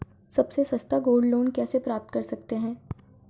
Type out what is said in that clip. सबसे सस्ता gold loan कैसे प्राप्त कर सकते हैं?